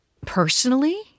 Personally